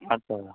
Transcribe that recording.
अच्छा